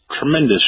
tremendous